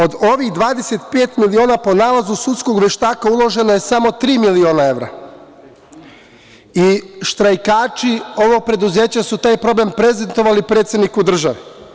Od ovih 25 miliona, po nalazu sudskog veštaka, uloženo je samo tri miliona evra i štrajkači ovog preduzeća su taj problem prezentovali predsedniku države.